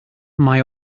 mae